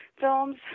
films